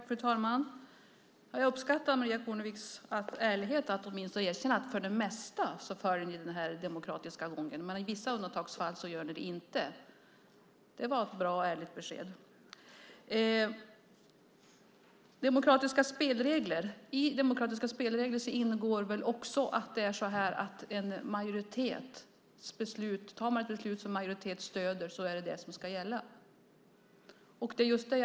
Fru talman! Jag uppskattar Maria Kornevik Jakobssons ärlighet. Hon erkänner att alliansen "för det mesta" följer den demokratiska gången, men inte i vissa undantagsfall. Det var ett bra och ärligt besked. I demokratiska spelregler ingår väl också att om man fattar ett beslut som en majoritet stöder är det detta beslut som ska gälla.